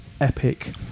epic